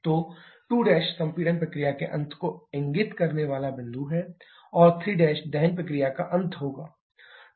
तो 2 संपीड़न प्रक्रिया के अंत को इंगित करने वाला बिंदु है और 3 दहन प्रक्रिया का अंत होगा